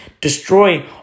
destroy